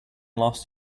last